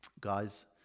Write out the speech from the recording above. Guys